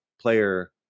player